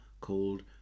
called